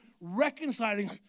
reconciling